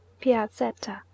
Piazzetta